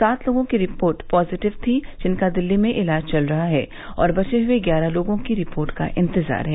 सात लोगों की रिपोर्ट पॉजटिव थी जिनका दिल्ली में इलाज चल रहा है और बचे हये ग्यारह लोगों की रिपोर्ट का इंतजार है